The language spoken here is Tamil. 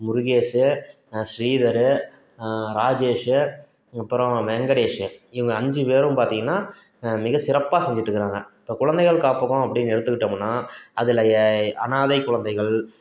முருகேஸு ஸ்ரீதரு ராஜேஷு அப்புறோம் வெங்கடேஷு இவங்க அஞ்சு பேரும் பார்த்திங்கன்னா மிக சிறப்பாக செஞ்சுட்டுக்குறாங்க இப்போ குழ்ந்தைகள் காப்பகம் அப்டின்னு எடுத்துக்கிட்டமுன்னால் அதிலயே அனாதை குழந்தைகள்